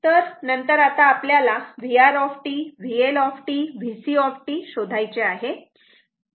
तर नंतर आता आपल्याला VR VL VC शोधायचे आहे